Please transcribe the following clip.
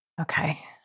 Okay